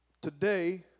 today